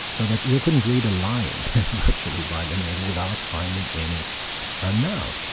so that you couldn't read a line virtually by linnaeus, without finding in it a noun.